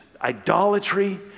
idolatry